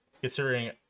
considering